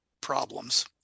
problems